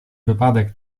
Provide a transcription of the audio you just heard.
wypadek